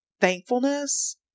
thankfulness